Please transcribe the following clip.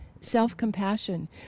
Self-compassion